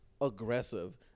aggressive